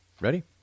Ready